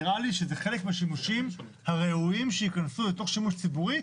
נראה לי שזה חלק מהשימושים הראויים שיכנסו לתוך שימוש ציבורי,